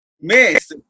Miss